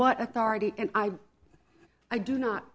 what authority and i i do not